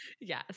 Yes